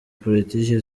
politiki